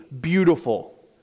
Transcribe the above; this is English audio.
beautiful